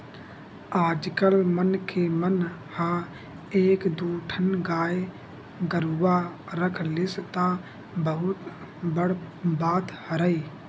आजकल मनखे मन ह एक दू ठन गाय गरुवा रख लिस त बहुत बड़ बात हरय